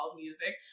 music